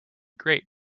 great